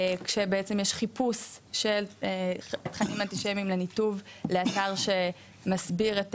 כשבעצם יש חיפוש של תכנים אנטישמיים לניתוב לאתר שמסביר את